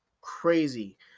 crazy